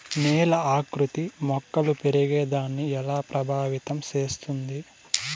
నేల ఆకృతి మొక్కలు పెరిగేదాన్ని ఎలా ప్రభావితం చేస్తుంది?